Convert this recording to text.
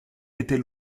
était